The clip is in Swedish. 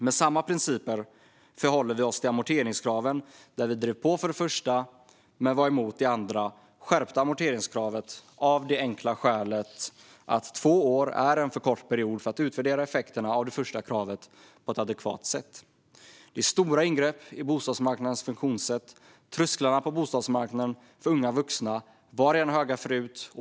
Enligt samma principer förhåller vi oss till amorteringskraven. Vi drev på för det första men var emot det andra skärpta amorteringskravet av det enkla skälet att två år är en för kort period för att utvärdera effekterna av det första kravet på ett adekvat sätt. Det här är stora ingrepp i bostadsmarknadens funktionssätt. Trösklarna på bostadsmarknaden för unga vuxna var höga redan förut.